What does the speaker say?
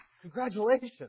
Congratulations